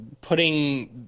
putting